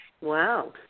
Wow